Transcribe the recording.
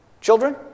Children